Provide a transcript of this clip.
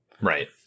Right